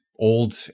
old